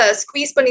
squeeze